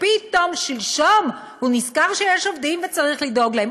פתאום שלשום הוא נזכר שיש עובדים וצריך לדאוג להם.